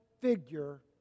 figure